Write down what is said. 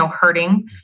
hurting